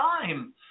time